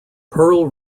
pearl